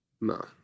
No